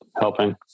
helping